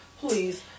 Please